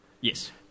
yes